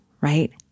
right